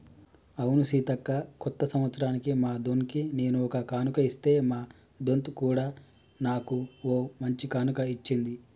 అవును సీతక్క కొత్త సంవత్సరానికి మా దొన్కి నేను ఒక కానుక ఇస్తే మా దొంత్ కూడా నాకు ఓ మంచి కానుక ఇచ్చింది